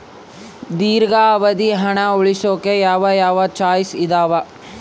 ದೇರ್ಘಾವಧಿ ಹಣ ಉಳಿಸೋಕೆ ಯಾವ ಯಾವ ಚಾಯ್ಸ್ ಇದಾವ?